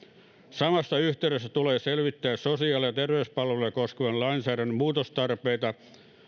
samassa yhteydessä tulee selvittää sosiaali ja terveyspalveluja koskevan lainsäädännön muutostarpeita